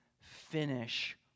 finish